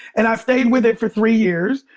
and i stayed with it for three years,